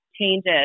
changes